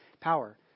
power